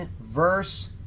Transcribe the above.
verse